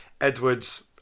Edwards